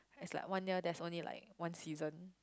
is like one year there's only like one season